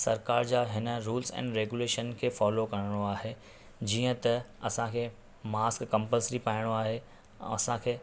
सरकारि जा हिन रूल्स एन रेगुलेशन खे फॉलो करिणो आहे जीअं त असांखे मास्क कम्पलसरी पाइणो आहे ऐं असांखे